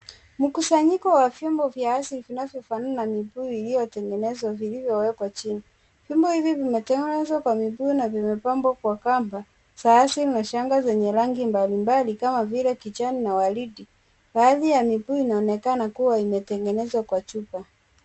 Mkusanyiko wa viungo vya asili vinavyofanana na mitungi vilivyoyengenezwa vimewekwa chini. Vyombo hivi vimetengenezwa kwa vibuyu na vimepambwa kwa kamba za asili na shanga zenye rangi mbali mbali kama vile kijani na waridi. Baadhi ya vibuyu inaonekana kuwa imetengenzwa kwa chupa.